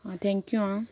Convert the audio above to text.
आं थँक्यू आं